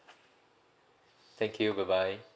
thank you bye bye